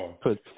put